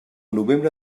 novembre